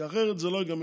כי אחרת זה לא ייגמר.